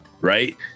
right